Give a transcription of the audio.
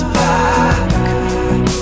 back